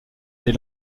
des